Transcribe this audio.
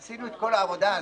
עשינו את כל העבודה הזאת,